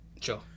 Sure